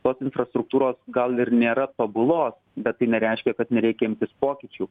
tos infrastruktūros gal ir nėra tobulos bet tai nereiškia kad nereikia imtis pokyčių